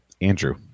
Andrew